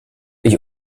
ich